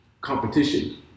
competition